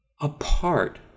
apart